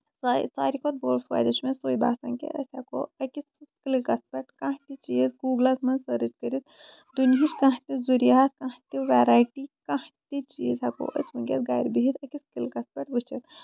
ساروی کھۄتہٕ بوٚڑ فٲیدٕ چھُ مےٚ سُے باسان کہِ أسۍ ہٮ۪کو أکِس کِلِکس پٮ۪ٹھ کانہہ تہِ چیٖز گوٗگلَس منٛز سٔرٕچ کٔرِتھ دُنیِچ کانہہ تہِ ضروٗرت کانہہ تہِ ویریٹی کانہہ تہِ چیٖز ہٮ۪کو أسۍ وٕنکیس گرِ بِہتھ أکِس کِلِکَس پٮ۪ٹھ وٕچھِتھ